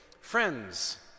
friends